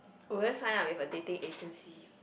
oh will I sign up with a dating agency